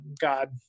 God